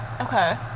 Okay